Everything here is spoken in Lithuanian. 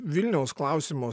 vilniaus klausimo